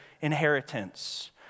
inheritance